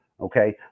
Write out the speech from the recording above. Okay